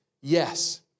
yes